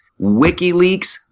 WikiLeaks